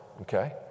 Okay